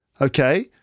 okay